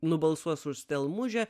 nubalsuos už stelmužę